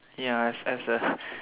ya as as a